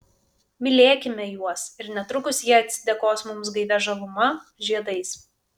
mylėkime juos ir netrukus jie atsidėkos mums gaivia žaluma žiedais